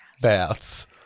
Baths